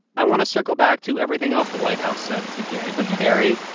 i want to circle back to everything else the white house said today. but carrie,